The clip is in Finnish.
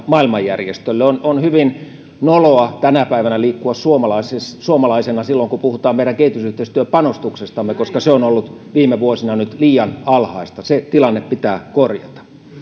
maailmanjärjestö yklle on on hyvin noloa tänä päivänä liikkua suomalaisena suomalaisena silloin kun puhutaan meidän kehitysyhteistyöpanostuksestamme koska se on ollut viime vuosina nyt liian alhaista se tilanne pitää korjata